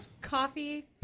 coffee